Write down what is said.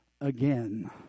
again